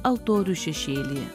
altorių šešėlyje